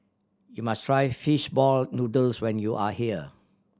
you must try fish ball noodles when you are here